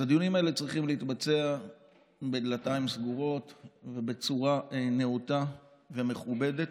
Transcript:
אז הדיונים האלה צריכים להתבצע בדלתיים סגורות ובצורה נאותה ומכובדת.